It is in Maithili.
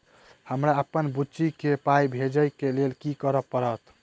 हमरा अप्पन बुची केँ पाई भेजइ केँ लेल की करऽ पड़त?